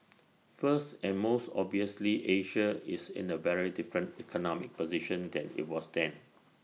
first and most obviously Asia is in A very different economic position than IT was then